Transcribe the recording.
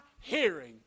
hearing